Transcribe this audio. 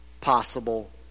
possible